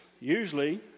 usually